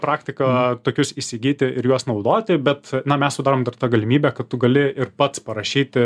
praktika tokius įsigyti ir juos naudoti bet na mes sutramdom dar tą galimybę kad tu gali ir pats parašyti